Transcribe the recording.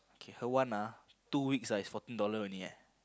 k her one ah two weeks ah is fourteen dollar only eh